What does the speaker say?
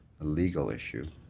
legal issue,